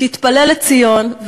שהתפלל לציון,